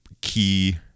key